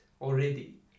already